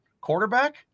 quarterback